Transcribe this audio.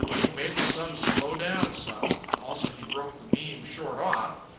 he made the sun slow down some also, he broke the beam short off.